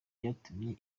byatumye